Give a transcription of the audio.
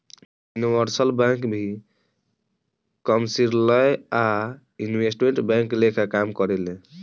universal bank भी commercial आ investment bank लेखा काम करेले